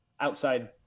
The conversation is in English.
outside